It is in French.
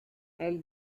elle